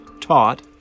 taught